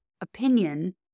opinion